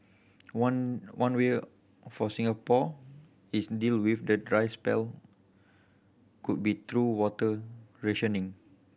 one one way for Singapore is deal with the dry spell could be through water rationing